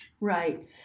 Right